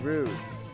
Roots